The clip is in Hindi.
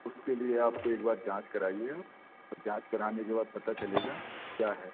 उसके लिए आप को एक बार जाँच कराइए आप जाँच कराने के बाद पता चलेगा क्या है